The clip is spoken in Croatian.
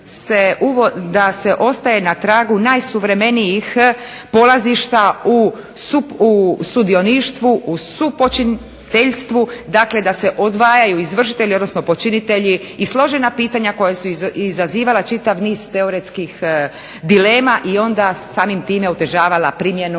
da se ostaje na tragu najsuvremenijih polazišta u sudioništvu, u supočiniteljstvu, dakle da se odvajaju izvršitelji odnosno počinitelji i složena pitanja koja su izazivala čitav niz teoretskih dilema i onda samim time otežavala primjenu